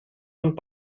und